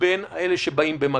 מבין אלה שבאים במגע.